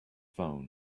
phone